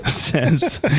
says